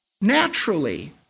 naturally